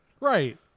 right